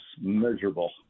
miserable